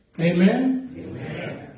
Amen